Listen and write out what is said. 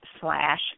slash